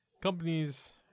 companies